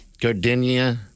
Gardenia